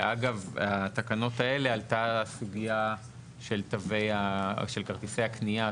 שאגב התקנות האלה עלתה הסוגייה של כרטיסי הקניה,